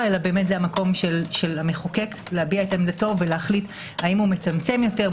אלא זה המקום של המחוקק להביע עמדתו ולהחליט האם הוא מצמצם יותר,